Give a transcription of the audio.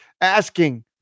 asking